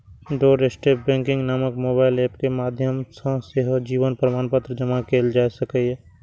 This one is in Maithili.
डोरस्टेप बैंकिंग नामक मोबाइल एप के माध्यम सं सेहो जीवन प्रमाणपत्र जमा कैल जा सकैए